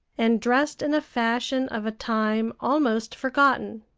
and dressed in a fashion of a time almost forgotten.